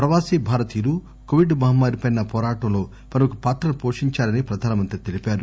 ప్రవాసీ భారతీయులు కొవిడ్ మహమ్మారిపై పోరాటంలో ప్రముఖ పాత్రను పోషించారని ప్రధాని తెలిపారు